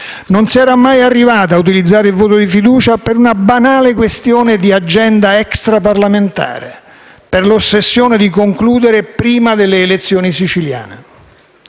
Non si era mai arrivati a utilizzare il voto di fiducia per una banale questione di agenda extraparlamentare, per l'ossessione di concludere prima delle elezioni siciliane.